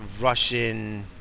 Russian